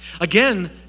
Again